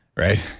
right?